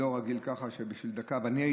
אני לא רגיל שבשביל דקה,